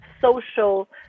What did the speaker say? social